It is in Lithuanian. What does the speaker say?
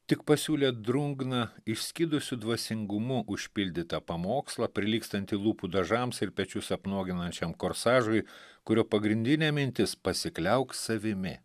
tik pasiūlė drungną išskydusiu dvasingumu užpildytą pamokslą prilygstantį lūpų dažams ir pečius apnuoginančiam korsažui kurio pagrindinė mintis pasikliauk savimi